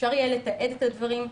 אפשר יהיה לתעד את הדברים,